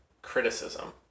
criticism